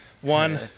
One